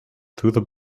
through